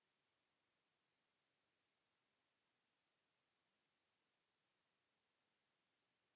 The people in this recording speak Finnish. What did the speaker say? Kiitos